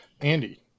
Andy